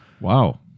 Wow